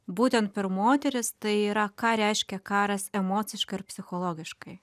būtent per moteris tai yra ką reiškia karas emociškai ir psichologiškai